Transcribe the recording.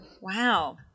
Wow